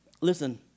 listen